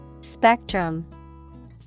Spectrum